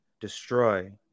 Destroy